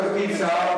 אתה לא בתפקיד שר,